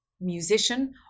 musician